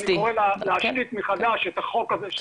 אני קורא להשתית מחדש את החוק הזה של